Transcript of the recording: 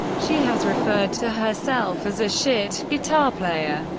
she has referred to herself as a shit guitar player,